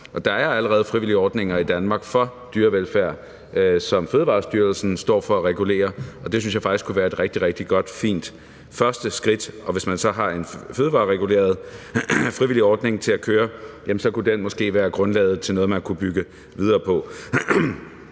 Der er allerede frivillige ordninger i Danmark for dyrevelfærd, som Fødevarestyrelsen står for at regulere, og det synes jeg faktisk kunne være et rigtig, rigtig godt og fint første skridt. Og hvis man så har en fødevarereguleret frivillig ordning til at køre, så kunne den måske være grundlaget for noget, man kunne bygge videre på.